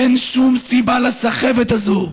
אין שום סיבה לסחבת הזאת.